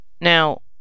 Now